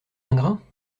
ingrats